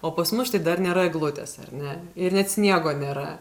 o pas mus štai dar nėra eglutės ar ne ir net sniego nėra